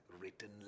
written